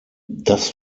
das